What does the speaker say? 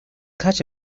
catch